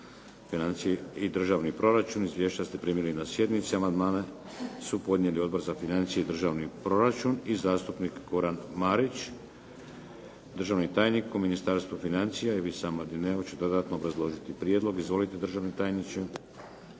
financije i državni proračun. Izvješća ste primili na sjednici. Amandmane su podnijeli Odbor za financije i državni proračun i zastupnik Goran Marić. Državni tajnik u Ministarstvu financija, Ivica Mladineo će dodatno obrazložiti prijedlog. Izvolite, državni tajniče.